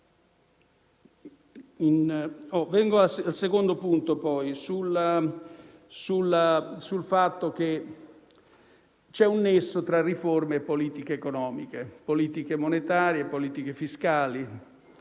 Quanto al secondo punto, e cioè al fatto che c'è un nesso tra riforme e politiche economiche, politiche monetarie e fiscali,